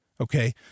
Okay